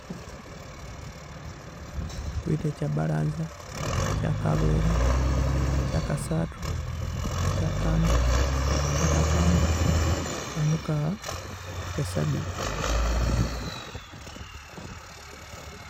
Thuwithe kyabalhaza, kyakabiri, kyakasathu, kyakani, kyakathanu, kyamukagha, kyasabithi.